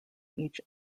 each